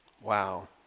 Wow